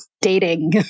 dating